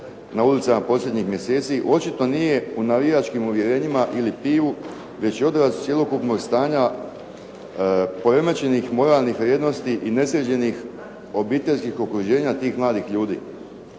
na ulicama posljednjih mjeseci, očito nije u navijačkim uvjerenjima ili pivu, već i odraz cjelokupnog stanja poremećenih moralnih vrijednosti i nesređenih obiteljskih okruženja tih mladih ljudi.